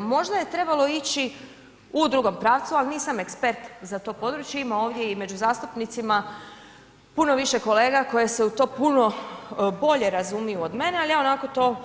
Možda je trebalo ići u drugom pravcu, ali nisam ekspert za to područje ima ovdje i među zastupnicima puno više kolega koje se u to puno bolje razumiju od mene, al ja onako to